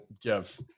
give